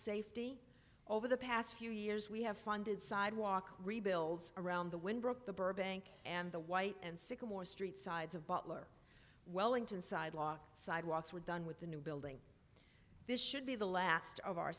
safety over the past few years we have funded sidewalk rebuilds around the wynn brook the burbank and the white and sycamore street sides of butler wellington sidewalk sidewalks were done with the new building this should be the last of our